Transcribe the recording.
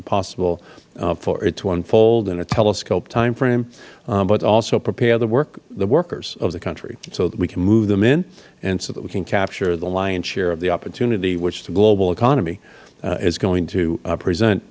it possible for it to unfold in a telescope timeframe but also prepare the workers of the country so that we can move them in and so that we can capture the lion's share of the opportunity which the global economy is going to